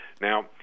Now